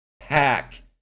hack